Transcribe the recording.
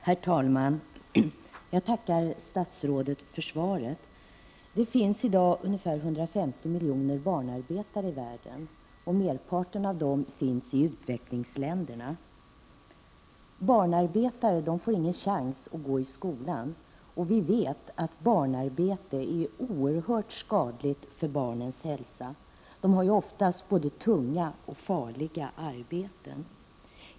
Herr talman! Jag tackar statsrådet för svaret. Det finns i dag ungefär 150 miljoner barnarbetare i världen, och merparten av dem finns i utvecklingsländerna. Barnarbetare får ingen chans att gå i skolan, och vi vet att barnarbete är oerhört skadligt för barnens hälsa. De har oftast både tunga och farliga arbeten.